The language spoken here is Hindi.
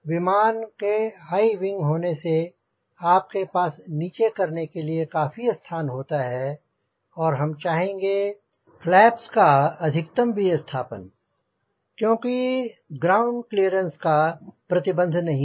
विमान के हाईविंग होने से आपके पास नीचे करने के लिए काफी स्थान होता है और हम चाहेंगे फ्लैप्स का अधिकतम विस्थापन क्योंकि ग्राउंड क्लीयरेंस का प्रतिबंध नहीं है